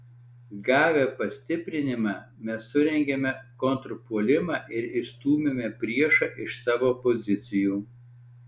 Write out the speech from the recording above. gavę pastiprinimą mes surengėme kontrpuolimą ir išstūmėme priešą iš savo pozicijų